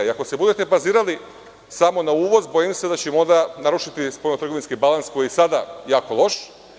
Ako se budete bazirali samo na uvoz bojim se da će im onda narušiti spoljno-trgovinski balans koji sada jako loš.